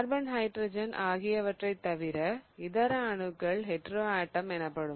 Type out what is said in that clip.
carbon hydrogen ஆகியவற்றை தவிர இதர அணுக்கள் ஹெட்டிரோஆட்டம் எனப்படும்